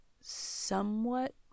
somewhat